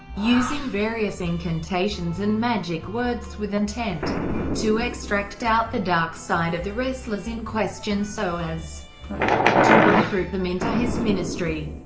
using various incantations and magic words with intent to extract out the dark side of the wrestlers in question so as to recruit them into his ministry.